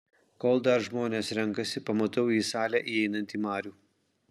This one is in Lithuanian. kol dar žmonės renkasi pamatau į salę įeinantį marių